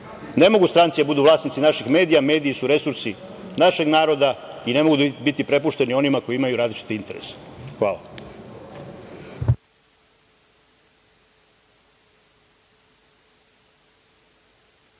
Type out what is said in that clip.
Ne mogu stranci da budu vlasnici naših medija, mediji su resursi našeg naroda i ne mogu biti prepušteni onima koji imaju različite interese. Hvala.